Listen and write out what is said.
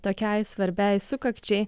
tokiai svarbiai sukakčiai